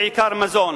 בעיקר מזון,